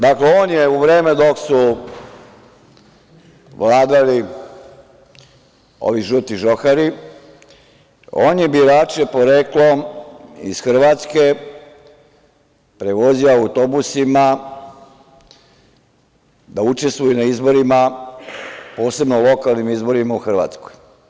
Dakle, on je u vreme dok su vladali ovi žuti žohari, on je birače poreklom iz Hrvatske prevozio autobusima da učestvuju na izborima, posebno lokalnim izborima, u Hrvatskoj.